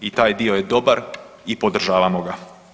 I taj dio je dobar i podržavamo ga.